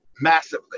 massively